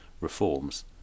reforms